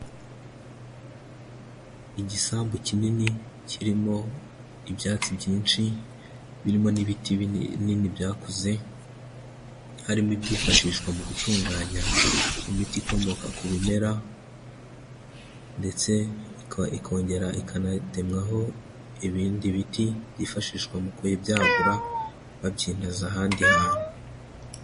Igisambu kinini kirimo ibyatsi byinshi birimo n'ibiti binini byakuze. Harimo ibyifashishwa mu gutunganya imiti ikomoka ku bimera. Ndetse ikongera ikanatemwaho ibindi biti byifashishwa mu kubyagura babyineza ahandi hantu.